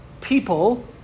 people